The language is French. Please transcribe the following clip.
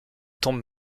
tombe